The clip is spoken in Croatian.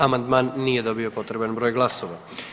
Amandman nije dobio potreban broj glasova.